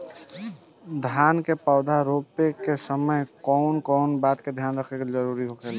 धान के पौधा रोप के समय कउन कउन बात के ध्यान रखल जरूरी होला?